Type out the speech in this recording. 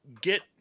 get